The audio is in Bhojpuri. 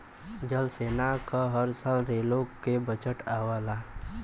जल सेना क हर साल रेलो के बजट आवला